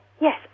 yes